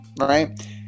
right